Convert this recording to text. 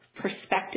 perspective